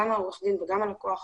גם עורך הדין וגם הלקוח